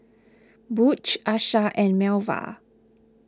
Butch Asha and Melva